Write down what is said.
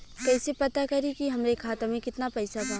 कइसे पता करि कि हमरे खाता मे कितना पैसा बा?